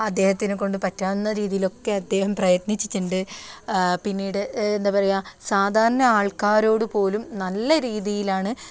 അദ്ദേഹത്തിന് കൊണ്ട് പറ്റാവുന്ന രീതിയിൽ ഒക്കെ അദ്ദേഹം പ്രയത്നിച്ചിട്ടുണ്ട് പിന്നീട് എന്താണ് പറയാ സാധാരണ ആൾക്കാരോട് പോലും നല്ല രീതിയിലാണ്